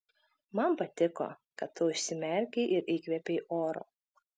man patiko kad tu užsimerkei ir įkvėpei oro